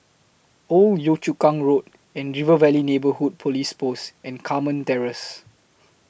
Old Yio Chu Kang Road River Valley Neighbourhood Police Post and Carmen Terrace